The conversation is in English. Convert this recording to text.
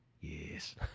Yes